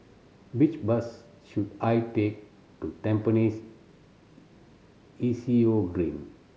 which bus should I take to Tampines E C O Green